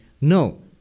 No